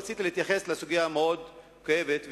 רציתי להתייחס לסוגיה מאוד כואבת.